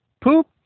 poop